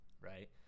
right